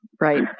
Right